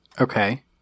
Okay